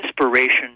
inspiration